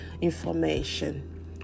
information